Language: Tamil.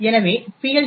எனவே PLT